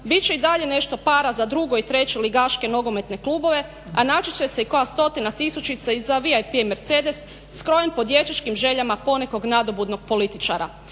Bit će i dalje nešto para za drugo i treće ligaške nogometne klubove, a naći će se i koja stotina tisućica i za VIP Mercedes skrojen po dječačkim željama ponekog nadobudnog političara.